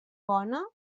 bona